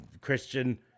Christian